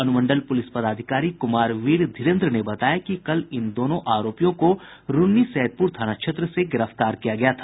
अनुमंडल पुलिस पदाधिकारी कुमार वीर धीरेन्द्र ने बताया कि कल इन दोनों आरोपियों को रून्नी सैदपुर थाना क्षेत्र से गिरफ्तार किया गया था